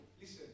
listen